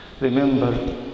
Remember